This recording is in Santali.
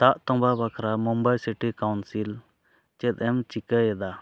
ᱫᱟᱜ ᱛᱚᱢᱵᱟ ᱵᱟᱠᱷᱨᱟ ᱢᱩᱢᱵᱟᱭ ᱥᱤᱴᱤ ᱠᱟᱣᱩᱱᱥᱤᱞ ᱪᱮᱫ ᱮᱢ ᱪᱤᱠᱟᱹᱭᱮᱫᱟ